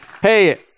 Hey